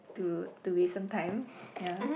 to to waste some time ya